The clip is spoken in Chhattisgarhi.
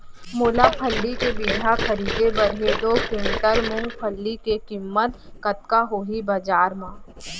मोला फल्ली के बीजहा खरीदे बर हे दो कुंटल मूंगफली के किम्मत कतका होही बजार म?